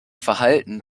verhalten